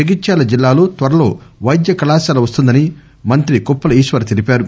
జగిత్యాల జిల్లాలో త్వరలో పైద్య కళాశాల వస్తుందని మంత్రి కొప్పుల ఈశ్వర్ తెలిపారు